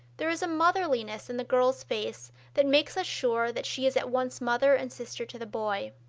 there is a motherliness in the girl's face that makes us sure that she is at once mother and sister to the boy.